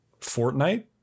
fortnite